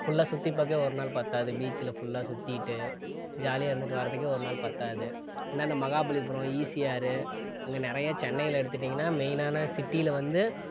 ஃபுல்லா சுற்றி பார்க்கவே ஒரு நாள் பத்தாது பீச்சில் ஃபுல்லா சுத்திட்டு ஜாலியாக இருந்துட்டு வரதுக்கே ஒரு நாள் பத்தாது இந்தாண்டை மகாபலிபுரம் ஈசிஆர் அங்கே நிறையா சென்னையில எடுத்துகிட்டிங்கன்னா மெயினான சிட்டியில வந்து